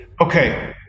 Okay